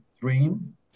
Dream